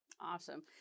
Awesome